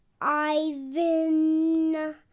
Ivan